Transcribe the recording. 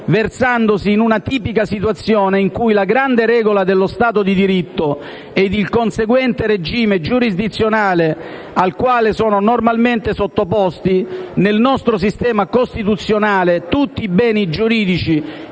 versandosi in una tipica situazione in cui la «"grande regola" dello Stato di diritto ed il conseguente regime giurisdizionale al quale sono normalmente sottoposti, nel nostro sistema costituzionale, tutti i beni giuridici